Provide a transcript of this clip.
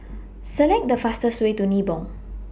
Select The fastest Way to Nibong